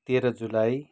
तेह्र जुलाई